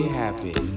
happy